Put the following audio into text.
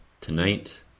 tonight